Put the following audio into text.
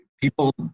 people